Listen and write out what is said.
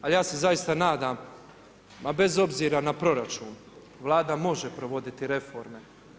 Ali ja se zaista nadam ma bez obzira na proračun Vlada može provoditi reforme.